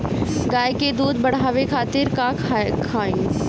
गाय के दूध बढ़ावे खातिर का खियायिं?